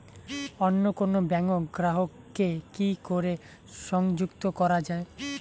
অন্য কোনো ব্যাংক গ্রাহক কে কি করে সংযুক্ত করা য়ায়?